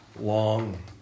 long